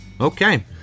Okay